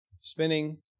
spinning